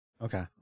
Okay